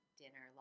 dinner